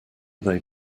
they